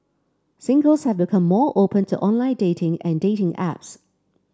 singles have become more open to online dating and dating apps